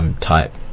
type